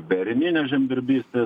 beariminė žemdirbystė